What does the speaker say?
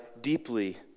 deeply